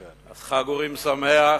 אז חג אורים שמח.